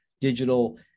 digital